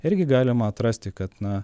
irgi galima atrasti kad na